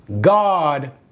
God